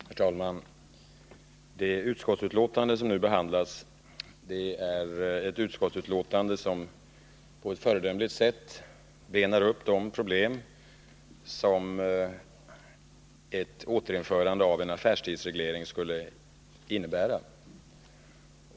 Herr talman! Det utskottsbetänkande som vi nu behandlar benar på ett föredömligt sätt upp de problem som ett återinförande av en affärstidsreglering skulle innebära.